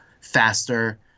faster